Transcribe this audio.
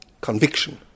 conviction